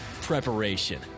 Preparation